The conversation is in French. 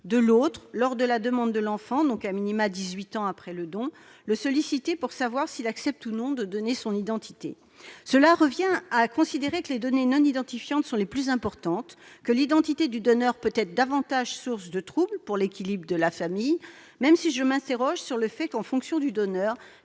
de l'autre, lors de la demande de l'enfant- donc, au minimum, dix-huit ans après le don -, on sollicite le donneur pour savoir s'il accepte ou non de révéler son identité. Cela revient à considérer que les données non identifiantes sont les plus importantes et que l'identité du donneur peut être davantage source de troubles pour l'équilibre de la famille. Toutefois, je m'interroge également sur le fait que, en fonction du choix